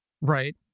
Right